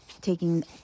taking